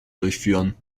durchführen